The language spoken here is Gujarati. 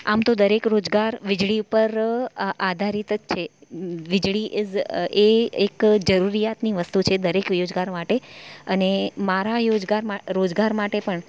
આમ તો દરેક રોજગાર વીજળી પર આધારીત જ છે વીજળી ઇસ એ એક જરૂરિયાતની વસ્તુ છે દરેક યોજગાર માટે અને મારા યોજગાર રોજગાર માટે પણ